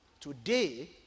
Today